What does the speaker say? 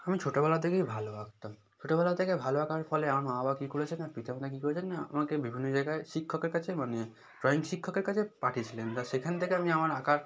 আমি ছোটবেলা থেকেই ভালো আঁকতাম ছোটবেলা থেকে ভালো আঁকার ফলে আমার মা বাবা কী করেছেন পিতা মাতা কী করেছেন না আমাকে বিভিন্ন জায়গায় শিক্ষকের কাছে মানে ড্রয়িং শিক্ষকের কাছে পাঠিয়েছিলেন তা সেখান থেকে আমি আমার আঁকা